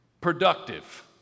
productive